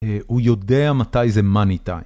הוא יודע מתי זה מאני טיים.